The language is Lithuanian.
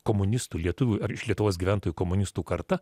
komunistų lietuvių ar iš lietuvos gyventojų komunistų karta